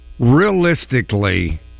realistically